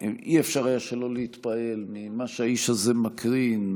לא היה אפשר שלא להתפעל ממה שהאיש הזה מקרין,